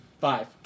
Five